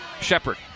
Shepard